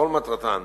שכל מטרתן